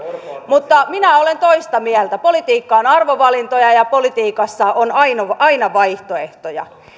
mutta minä olen toista mieltä politiikka on arvovalintoja ja politiikassa on aina vaihtoehtoja